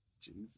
Jesus